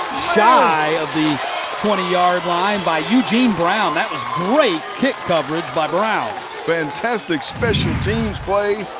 shy of the twenty yard line by eugene brown. that was great kick coverage by brown. fantastic special teams play.